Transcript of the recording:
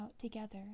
together